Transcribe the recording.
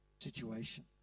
situation